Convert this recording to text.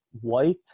White